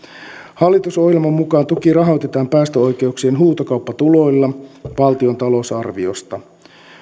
hallitusohjelman mukaan tuki rahoitetaan päästöoikeuksien huutokauppatuloilla valtion talousarviosta